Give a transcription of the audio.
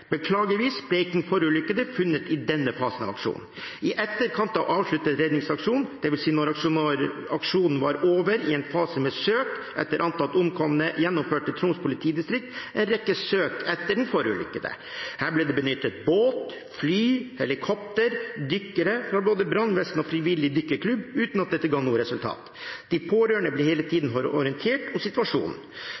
forulykkede funnet i denne fasen av aksjonen. I etterkant av avsluttet redningsaksjon, dvs. da aksjonen var over i en fase med søk etter antatt omkommet, gjennomførte Troms politidistrikt en rekke søk etter den forulykkede. Her ble det benyttet båt, fly, helikopter og dykkere fra både brannvesen og frivillig dykkerklubb, uten at dette ga noe resultat. De pårørende ble hele